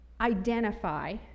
identify